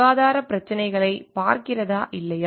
சுகாதாரப் பிரச்சினைகளைப் பார்க்கிறதா இல்லையா